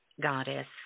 goddess